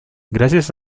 gracias